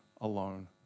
alone